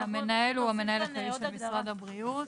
""המנהל" המנהל הכללי של משרד הבריאות,